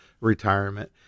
retirement